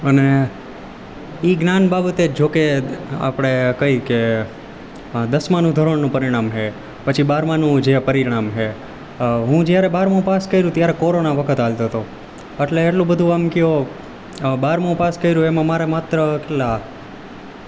અને ઈ જ્ઞાન બાબતે જોકે આપણે કઈ કે દસમાંનું ધોરણનું પરિણામ છે પછી બારમાંનું જે પરિણામ છે હું જ્યારે બારમું પાસ કર્યું ત્યારે કોરોના વખત ચાલતો હતો અટલે આટલું બધું આમ કયો બારમું પાસ કર્યું એમાં મારે માત્ર કેટલા